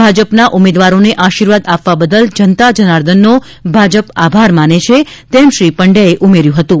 ભાજપના ઉમેદવારોને આશીર્વાદ આપવા બદલ જનતા જનાર્દનનો ભાજપ આભાર માને છે તેમ શ્રી પંડવાએ ઉમેર્યું હતું